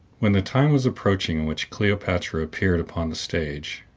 when the time was approaching in which cleopatra appeared upon the stage,